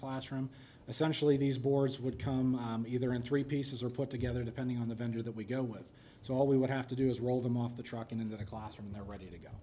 classroom essentially these boards would come either in three pieces or put together depending on the vendor that we go with so all we would have to do is roll them off the truck and in the classroom they're ready to go